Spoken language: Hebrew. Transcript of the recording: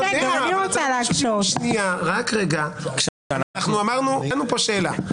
העלינו פה שאלה.